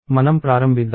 మనం ప్రారంభిద్దాం